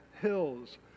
hills